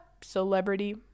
celebrity